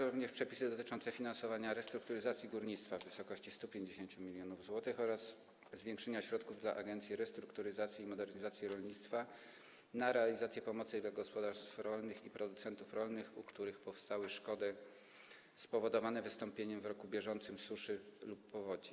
W projekcie zawarto również przepisy dotyczące finansowania restrukturyzacji górnictwa w wysokości 150 mln zł oraz zwiększenia środków dla Agencji Restrukturyzacji i Modernizacji Rolnictwa na realizację pomocy dla gospodarstw rolnych i producentów rolnych, u których powstały szkody spowodowane wystąpieniem w roku bieżącym suszy lub powodzi.